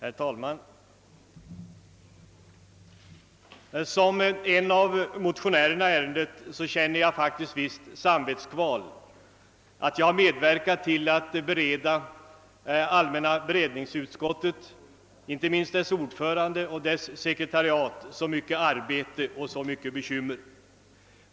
Herr talman! Som en av motionärerna i ärendet känner jag faktiskt vissa samvetskval för att jag har medverkat till att ge allmänna beredningsutskottet, inte minst dess ordförande och sekretariat, så mycket arbete och bekymmer.